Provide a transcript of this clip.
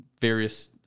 various